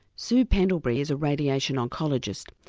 sue pendlebury is a radiation oncologist,